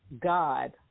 God